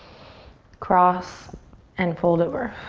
cross and fold over.